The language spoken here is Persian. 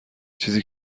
چیزی